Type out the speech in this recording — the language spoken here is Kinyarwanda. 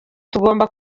tugomba